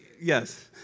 Yes